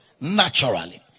naturally